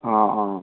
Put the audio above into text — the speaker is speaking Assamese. অঁ অঁ